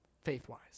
faith-wise